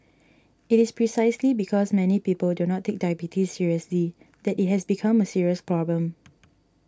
it is precisely because many people do not take diabetes seriously that it has become a serious problem